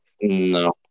no